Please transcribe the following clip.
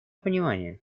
понимание